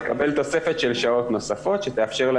היא תקבל תוספת של שעות נוספות שתאפשר לה